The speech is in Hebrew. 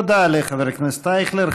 תודה לחבר הכנסת אייכלר.